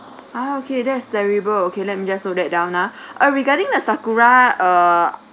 ah okay that's terrible okay let me just note that down ah err regarding the sakura ah